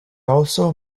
also